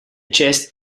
chest